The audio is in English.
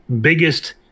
biggest